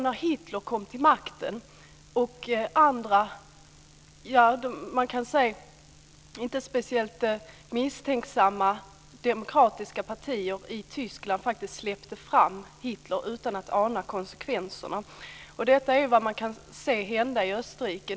När Hitler kom till makten släpptes han faktiskt fram av demokratiska partier i Tyskland som inte var speciellt misstänksamma och inte anade konsekvenserna. Detta är vad man kan se hända i Österrike.